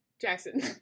Jackson